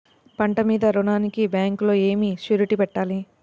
పంట మీద రుణానికి బ్యాంకులో ఏమి షూరిటీ పెట్టాలి?